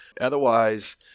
Otherwise